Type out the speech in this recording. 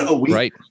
Right